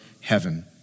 heaven